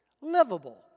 Livable